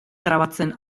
grabatzen